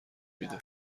میده